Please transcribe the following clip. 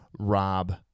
rob